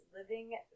Living